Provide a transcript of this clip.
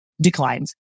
declines